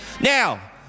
Now